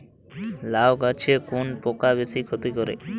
লাউ গাছে কোন পোকা বেশি ক্ষতি করে?